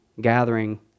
gathering